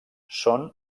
són